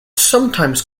sometimes